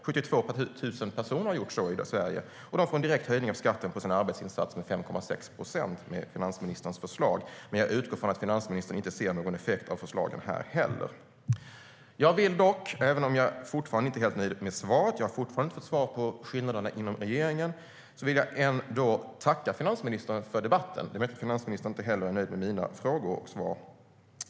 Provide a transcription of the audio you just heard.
72 000 personer har gjort så i Sverige, och med finansministerns förslag får de en direkt höjning av skatten på sin arbetsinsats med 5,6 procent. Jag utgår dock från att finansministern inte heller här ser någon effekt av förslagen. Även om jag fortfarande inte är helt nöjd med svaret - jag har ännu inte fått svar om skillnaderna inom regeringen - vill jag tacka finansministern för debatten. Det är möjligt att finansministern inte heller är nöjd med mina frågor och svar.